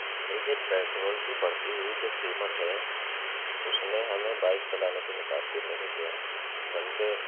دیکھیے پیٹرول کی بڑھتی ہوئی جو قیمت ہے اس نے ہمیں بائک چلانے کو متأثر نہیں کیا بلکہ